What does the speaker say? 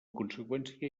conseqüència